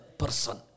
person